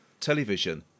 television